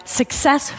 success